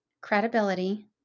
credibility